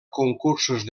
concursos